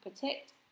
protect